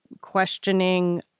questioning